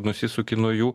nusisuki nuo jų